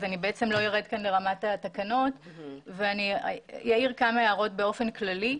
אני לא ארד כאן לרמת התקנות ואני אעיר כמה הערות באופן כללי.